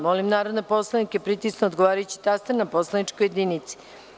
Molim narodne poslanike da pritisnu odgovarajući taster na poslaničkoj jedinici.